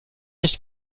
nicht